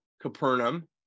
Capernaum